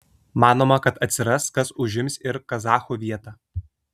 manoma kad atsiras kas užims ir kazachų vietą